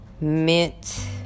Mint